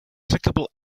clickable